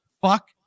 Fuck